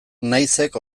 naizek